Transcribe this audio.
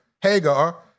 Hagar